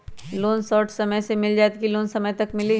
Loan short समय मे मिल जाएत कि लोन समय तक मिली?